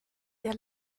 der